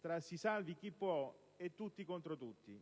tra "si salvi chi può" e "tutti contro tutti".